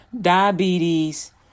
diabetes